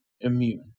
Immune